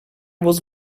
was